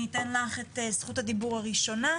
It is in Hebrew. אני אתן לך את זכות הדיבור הראשונה.